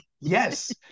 yes